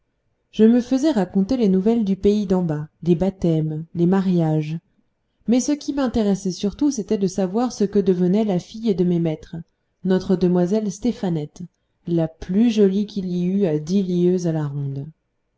je me faisais raconter les nouvelles du pays d'en bas les baptêmes les mariages mais ce qui m'intéressait surtout c'était de savoir ce que devenait la fille de mes maîtres notre demoiselle stéphanette la plus jolie qu'il y eût à dix lieues à la ronde